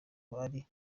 ari